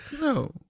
no